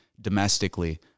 domestically